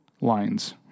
lines